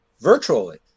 virtually